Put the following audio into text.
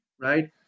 right